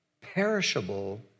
perishable